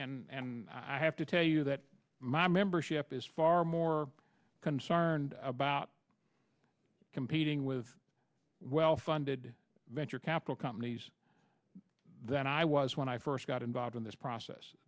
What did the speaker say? i have to tell you that my membership is far more concerned about competing with well funded venture capital companies than i was when i first got involved in this process